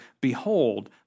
Behold